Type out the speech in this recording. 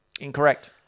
incorrect